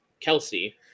Kelsey